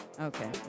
Okay